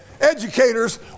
educators